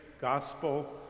gospel